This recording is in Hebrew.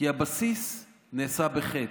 כי הבסיס נעשה בחטא.